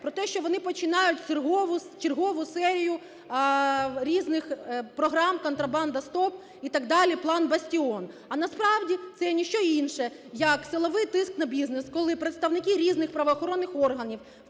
про те, що вони починають чергову серію різних програм "Контрабанда – стоп!" і так далі, план "Бастіон". А насправді це ніщо інше, як силовий тиск на бізнес. Коли представники різних правоохоронних органів